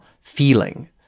feeling